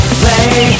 play